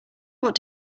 what